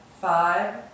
five